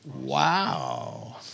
Wow